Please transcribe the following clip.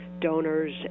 donors